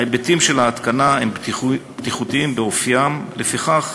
ההיבטים של ההתקנה הם בטיחותיים באופיים, לפיכך